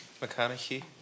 McConaughey